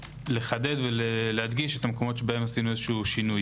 ולחדד ולהדגיש את המקומות שבהם עשינו שינוי.